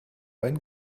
einen